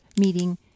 meeting